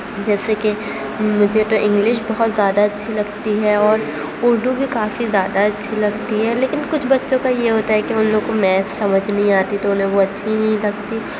جیسے کہ مجھے تو انگلش بہت زیادہ اچھی لگتی ہے اور اردو بھی کافی زیادہ اچھی لگتی ہے لیکن کچھ بچوں کا یہ ہوتا ہے کہ ان لوگوں کو میتھ سمجھ نہیں آتی تو انہیں وہ اچھی نہیں لگتی